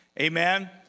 Amen